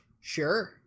Sure